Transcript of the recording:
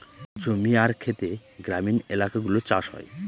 জমি আর খেতে গ্রামীণ এলাকাগুলো চাষ হয়